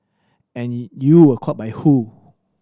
any you were caught by who